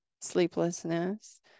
sleeplessness